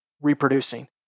reproducing